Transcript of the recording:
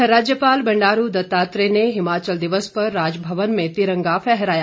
उधर राज्यपाल बंडारू दत्तात्रेय ने हिमाचल दिवस पर राजभवन में तिरंगा फहराया